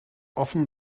often